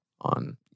on